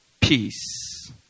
peace